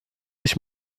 ich